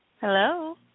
Hello